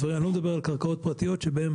אני לא מדבר על קרקעות פרטיות שבהן